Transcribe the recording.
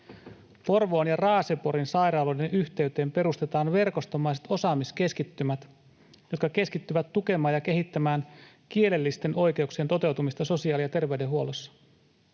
”Porvoon ja Raaseporin sairaaloiden yhteyteen perustetaan verkostomaiset osaamiskeskittymät, jotka keskittyvät tukemaan ja kehittämään kielellisten oikeuksien toteutumista sosiaali- ja terveydenhuollossa.”